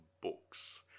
books